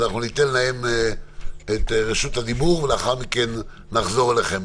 אז אנחנו ניתן להם את רשות הדיבור ולאחר מכן נחזור אליכם.